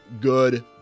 good